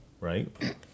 right